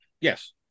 Yes